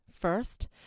first